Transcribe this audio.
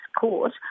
court